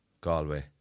Galway